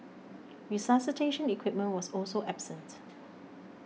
resuscitation equipment was also absent